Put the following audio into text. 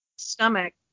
stomach